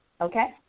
okay